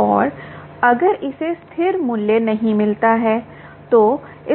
और अगर हमें स्थिर मूल्य नहीं मिलता है तो